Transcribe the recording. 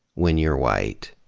when you're white,